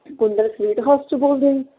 ਕੁੰਦਨ Sweet House ਤੋਂ ਬੋਲਦੇ ਜੀ